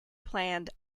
planned